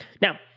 Now